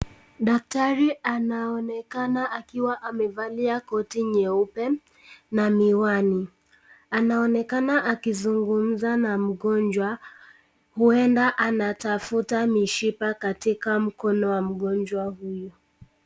Daktari anaonekana akiwa amevalia koti nyeupe na miwani anaonekana akizungumza na mgonjwa huenda anatafuta mishipa katika mkono wa mgonjwa huyu.